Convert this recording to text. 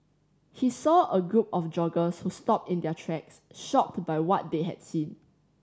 he saw a group of joggers who stopped in their tracks shocked by what they had seen